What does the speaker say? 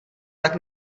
tak